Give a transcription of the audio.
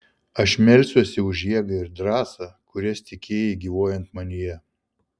aš melsiuosi už jėgą ir drąsą kurias tikėjai gyvuojant manyje